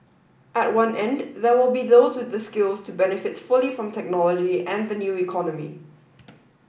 at one end there will be those with the skills to benefit fully from technology and the new economy